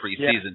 preseason